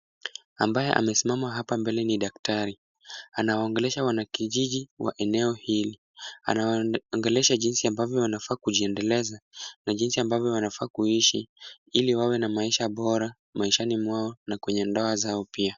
Ambaye amesimama hapa mbele ni daktari. Anaongelesha wanakijiji wa eneo hili, anawaongelesha jinsi ambavyo wanafaa kujiendeleza na jinsi ambavyo wanafaa kuishi ili wawe na maisha bora maishani mwao na kwenye ndoa zao pia.